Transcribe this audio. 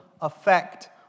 effect